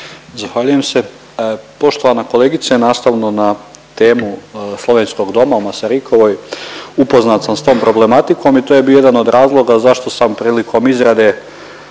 Zahvaljujem se. Poštovana kolegice nastavno na temu Slovenskog doma u Masarykovoj, upoznat sam s tom problematikom i to je bio jedan od razloga zašto sam prilikom izrade